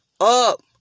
up